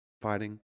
fighting